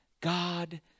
God